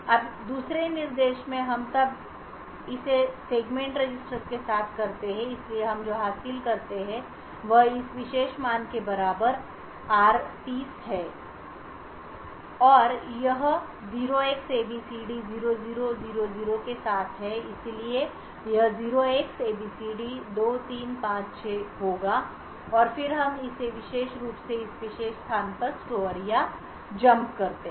अब दूसरे निर्देश में हम तब या इसे सेगमेंट रजिस्टर के साथ करते हैं इसलिए हम जो हासिल करते हैं वह इस विशेष मान के बराबर r30 है और यह 0xabcd0000 के साथ है इसलिए यह 0xabcd2356 होगा और फिर हम इसे विशेष रूप से इस विशेष स्थान पर स्टोर या जंप करते हैं